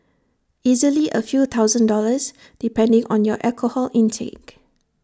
easily A few thousand dollars depending on your alcohol intake